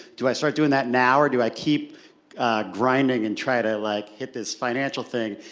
do i start doing that now, or do i keep grinding, and try to like, hit this financial thing?